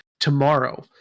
Tomorrow